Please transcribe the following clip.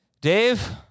Dave